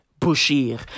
Bushir